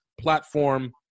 platform